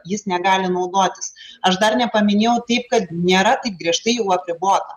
jis negali naudotis aš dar nepaminėjau taip kad nėra taip griežtai jau apribota